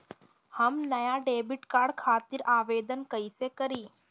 हम नया debit card खातिर आवेदन कईसे करी?